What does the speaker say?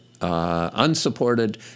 unsupported